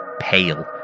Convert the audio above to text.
pale